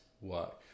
work